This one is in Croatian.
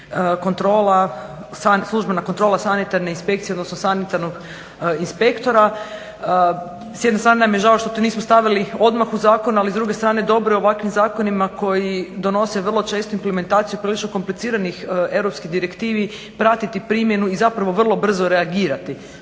službena kontrola sanitarne inspekcije odnosno sanitarnog inspektora. S jedne strane nam je žao što to nismo stavili odmah u Zakon ali s druge strane dobro je ovakvim zakonima koji donose vrlo često implementaciju i prilično kompliciranih europskoj direktivi pratiti primjenu i zapravo vrlo brzo reagirati,